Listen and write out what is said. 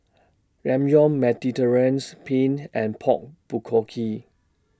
Ramyeon Mediterranean's Penne and Pork Bulgogi